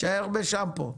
תישאר בשמפו.